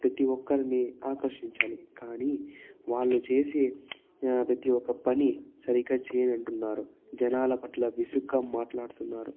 ప్రతి ఒక్కరిని ఆకర్షించాలి కానీ వాళ్ళు చేసే ప్రతి ఒక్క పని సరిగ్గా చేయనంటున్నారు జనాల పట్ల విసుగ్గా మాట్లాడుతున్నారు